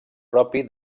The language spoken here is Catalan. propi